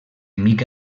mica